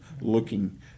looking